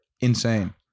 insane